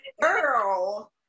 girl